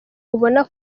ubona